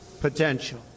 potential